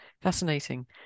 fascinating